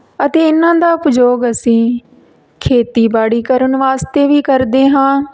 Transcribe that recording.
ਅਤੇ ਇਹਨਾਂ ਦਾ ਉਪਯੋਗ ਅਸੀਂ ਖੇਤੀਬਾੜੀ ਕਰਨ ਵਾਸਤੇ ਵੀ ਕਰਦੇ ਹਾਂ